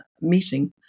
meeting